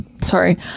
sorry